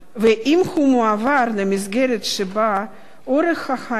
ואם הוא מועבר למסגרת שבה אורח החיים,